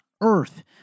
earth